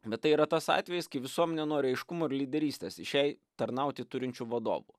bet tai yra tas atvejis kai visuomenė nori aiškumo ir lyderystės iš šiai tarnauti turinčių vadovų